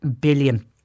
billion